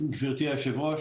גבירתי היושבת ראש,